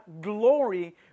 glory